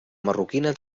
marroquina